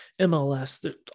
MLS